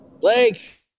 Blake